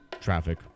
traffic